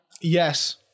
yes